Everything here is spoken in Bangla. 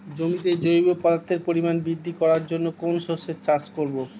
জমিতে জৈব পদার্থের পরিমাণ বৃদ্ধি করার জন্য কোন শস্যের চাষ করবো?